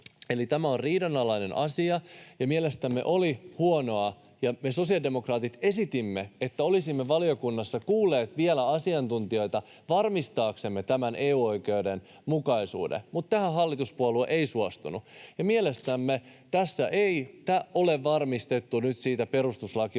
Eli tämä on riidanalainen asia, ja mielestämme oli huonoa, että kun me sosiaalidemokraatit esitimme, että olisimme valiokunnassa kuulleet vielä asiantuntijoita varmistaaksemme tämän EU-oikeuden mukaisuuden, niin tähän hallituspuolue ei suostunut. Ja mielestämme tässä ei ole varmistuttu nyt siitä perustuslakivaliokunnan